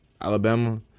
Alabama